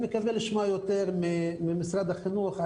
אני מקווה לשמוע יותר ממשרד החינוך,